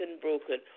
broken